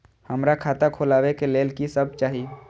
हमरा खाता खोलावे के लेल की सब चाही?